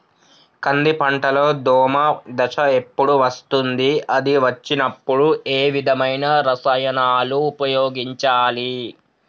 కంది పంటలో దోమ దశ ఎప్పుడు వస్తుంది అది వచ్చినప్పుడు ఏ విధమైన రసాయనాలు ఉపయోగించాలి?